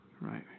Right